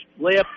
layup